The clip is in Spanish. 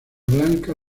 blanca